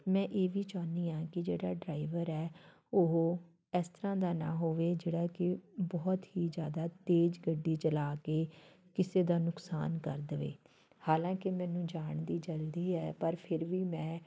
ਮੈਂ ਇਹ ਵੀ ਚਾਹੁੰਦੀ ਹਾਂ ਕਿ ਜਿਹੜਾ ਡਰਾਈਵਰ ਹੈ ਉਹ ਇਸ ਤਰ੍ਹਾਂ ਦਾ ਨਾ ਹੋਵੇ ਜਿਹੜਾ ਕਿ ਬਹੁਤ ਹੀ ਜ਼ਿਆਦਾ ਤੇਜ਼ ਗੱਡੀ ਚਲਾ ਕੇ ਕਿਸੇ ਦਾ ਨੁਕਸਾਨ ਕਰ ਦੇਵੇ ਹਾਲਾਂਕਿ ਮੈਨੂੰ ਜਾਣ ਦੀ ਜਲਦੀ ਹੈ ਪਰ ਫਿਰ ਵੀ ਮੈਂ